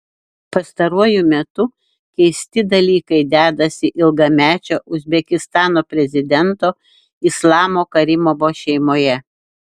pastaruoju metu keisti dalykai dedasi ilgamečio uzbekistano prezidento islamo karimovo šeimoje